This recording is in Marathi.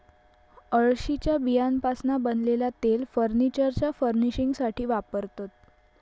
अळशीच्या बियांपासना बनलेला तेल फर्नीचरच्या फर्निशिंगसाथी वापरतत